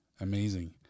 Amazing